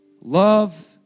Love